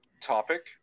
topic